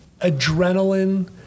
adrenaline